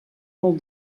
molt